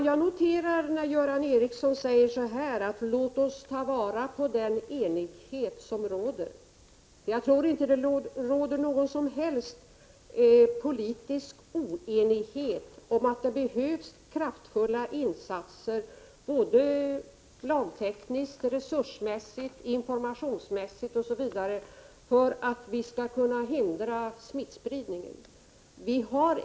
Jag noterar att Göran Ericsson säger att vi bör ta vara på den enighet som råder. Jag tror inte att det råder någon som helst politisk oenighet om att det behövs kraftfulla insatser både lagtekniskt, resursmässigt, informationsmässigt osv., för att vi skall kunna hindra smittspridningen.